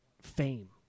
fame